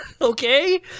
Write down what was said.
Okay